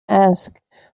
asked